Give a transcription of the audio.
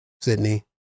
Sydney